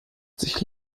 sich